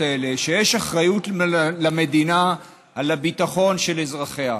האלה הוא שיש אחריות למדינה על הביטחון של אזרחיה.